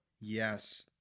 yes